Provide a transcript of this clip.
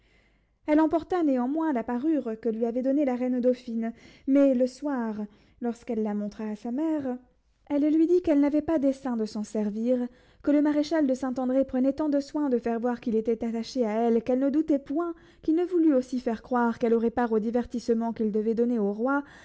elle emporta néanmoins la parure que lui avait donnée la reine dauphine mais le soir lorsqu'elle la montra à sa mère elle lui dit qu'elle n'avait pas dessein de s'en servir que le maréchal de saint-andré prenait tant de soin de faire voir qu'il était attaché à elle qu'elle ne doutait point qu'il ne voulût aussi faire croire qu'elle aurait part au divertissement qu'il devait donner au roi